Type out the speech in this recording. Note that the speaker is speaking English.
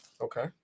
Okay